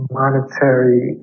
monetary